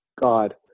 God